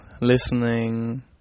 listening